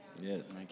Yes